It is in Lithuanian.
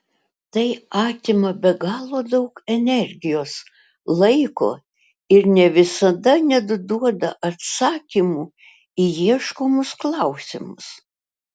tai atima be galo daug energijos laiko ir ne visada net duoda atsakymų į ieškomus klausimus